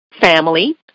family